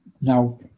Now